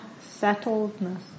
settledness